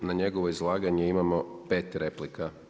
Na njegovo izlaganje imamo 5 replika.